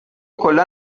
کلا